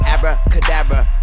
Abracadabra